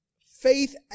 faith